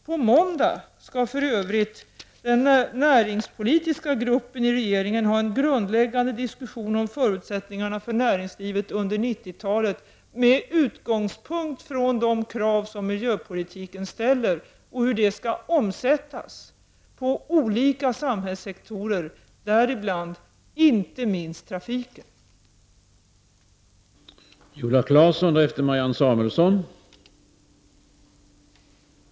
På måndag skall för övrigt den näringspolitiska gruppen i regeringen ha en grundläggande diskussion om förutsättningarna för näringslivet under 1990 talet med utgångspunkt i de krav som miljöpolitiken ställer och hur de kraven skall omsättas på olika samhällssektorer, däribland inte minst på trafikens område.